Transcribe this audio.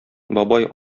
бабай